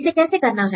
इसे कैसे करना है